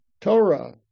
Torah